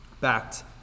backed